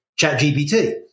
ChatGPT